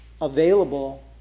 available